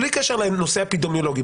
בלי בקשר לנושא האפידמיולוגי.